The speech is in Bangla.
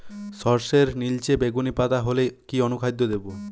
সরর্ষের নিলচে বেগুনি পাতা হলে কি অনুখাদ্য দেবো?